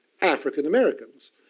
African-Americans